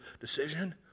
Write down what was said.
decision